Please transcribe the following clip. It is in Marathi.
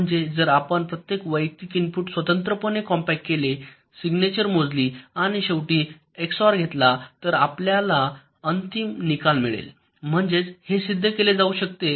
म्हणजे जर आपण प्रत्येक वैयक्तिक इनपुट स्वतंत्रपणे कॉम्पॅक्ट केले सिग्नेचर मोजली आणि शेवटी एक्सओआर घेतला तर आपल्याला अंतिम निकाल मिळेल म्हणजे हे सिद्ध केले जाऊ शकते